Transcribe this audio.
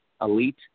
Elite